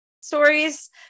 stories